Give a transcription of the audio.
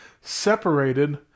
separated